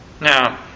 Now